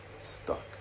stuck